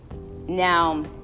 Now